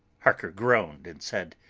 harker groaned and said,